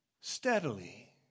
steadily